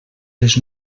les